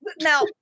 now